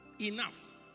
enough